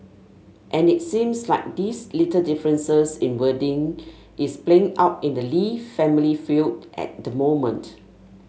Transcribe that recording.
and it seems like these little differences in wording is playing out in the Lee family feud at the moment